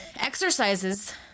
exercises